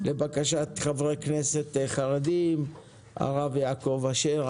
לבקשת חברי הכנסת החרדים הרב יעקב אשר,